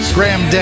Graham